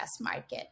market